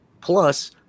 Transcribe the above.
plus